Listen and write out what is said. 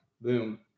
boom